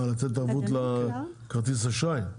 מה, לתת ערבות לכרטיס האשראי?